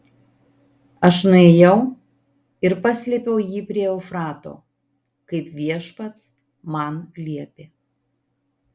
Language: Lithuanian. aš nuėjau ir paslėpiau jį prie eufrato kaip viešpats man liepė